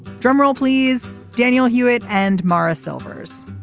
drumroll please daniel hewett and morra silvers.